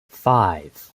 five